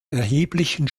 erheblichen